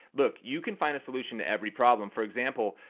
look, you can find a solution to every problem. for example,